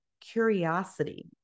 curiosity